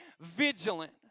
vigilant